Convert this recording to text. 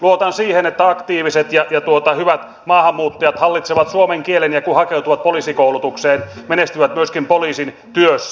luotan siihen että aktiiviset ja hyvät maahanmuuttajat hallitsevat suomen kielen ja kun he hakeutuvat poliisikoulutukseen he menestyvät myöskin poliisin työssä